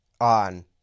on